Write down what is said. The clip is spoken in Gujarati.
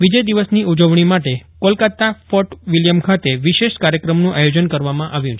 વિજય દિવસની ઉજવણી માટે કોલકાતા ફોર્ટ વિલિયમ ખાતે વિશેષ કાર્યક્રમનું આયોજન કરવામાં આવ્યું છે